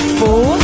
four